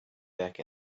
back